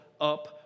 up